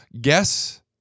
Guess